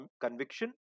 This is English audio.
conviction